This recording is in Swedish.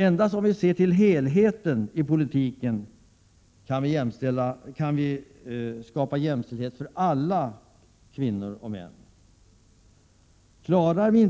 Endast om vi ser till helheten i politiken kan vi skapa jämställdhet mellan alla kvinnor och män. Klarar vi